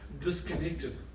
disconnected